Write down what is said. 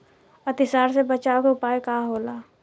अतिसार से बचाव के उपाय का होला?